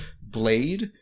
blade